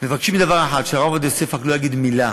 שמבקשים דבר אחד: שהרב עובדיה יוסף רק לא יגיד מילה.